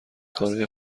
کارای